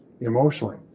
emotionally